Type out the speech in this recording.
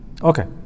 Okay